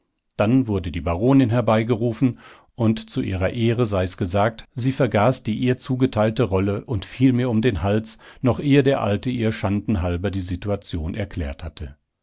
dann wurde die baronin hereingerufen und zu ihrer ehre sei's gesagt sie vergaß die ihr zugeteilte rolle und fiel mir um den hals noch ehe der alte ihr schandenhalber die situation erklärt hatte